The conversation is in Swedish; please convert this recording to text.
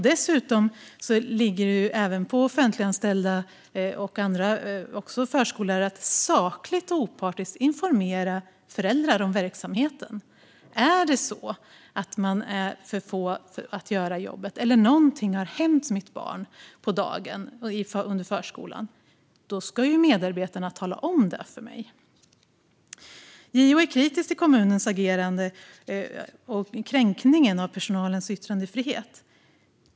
Dessutom ligger det även på offentliganställda, även förskollärare, att sakligt och opartiskt informera föräldrar om verksamheten. Om det är för få som ska göra jobbet eller om någonting har hänt ett barn under dagen i förskolan ska medarbetarna tala om det för föräldrarna. JO är kritisk till kommunens agerande och kränkningen av personalens yttrandefrihet.